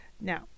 Now